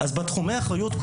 אז בתחומי האחריות,